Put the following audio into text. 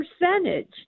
percentage